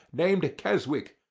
named keswick,